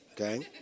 okay